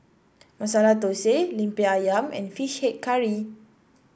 Masala Thosai lemper ayam and fish head curry